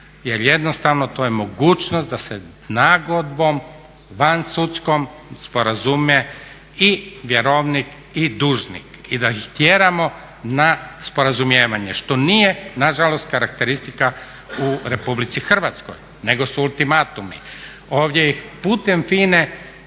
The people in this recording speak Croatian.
jer jednostavno to je mogućnost da se nagodbom vansudskom sporazumi i vjerovnik i dužnik i da ih tjeramo na sporazumijevanje. Što nije nažalost karakteristika u RH, nego su ultimatumi. Ovdje ih putem